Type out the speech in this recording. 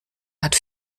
hat